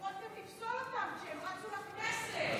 יכולתם לפסול אותם כשהם רצו לכנסת.